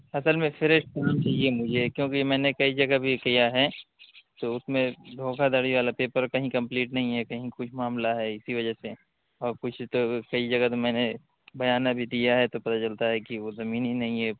اصل میں فریش کام چاہیے مجھے کیونکہ میں نے کئی جگہ بھی کیا ہے تو اس میں دھوکہ دھڑی والا پیپر کہیں کمپلیٹ نہیں ہے کہیں کچھ معاملہ ہے اسی وجہ سے اور کچھ تو صحیح جگہ تو میں نے بیانہ بھی دیا ہے تو پتا چلتا ہے کہ وہ زمین ہی نہیں ہے